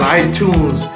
iTunes